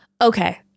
Okay